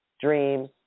dreams